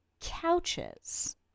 Couches